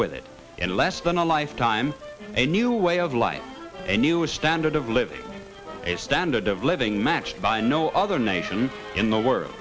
with it in less than a lifetime a new way of life a new a standard of living a standard of living matched by no other nations in the world